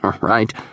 right